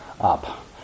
up